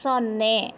ಸೊನ್ನೆ